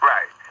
Right